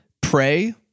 pray